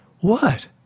What